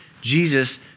Jesus